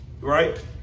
right